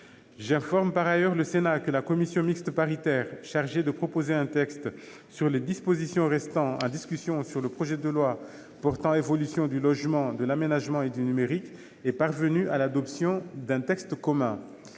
J'informe le Sénat que la commission mixte paritaire chargée de proposer un texte sur les dispositions restant en discussion sur le projet de loi portant évolution du logement, de l'aménagement et du numérique est parvenue à l'adoption d'un texte commun.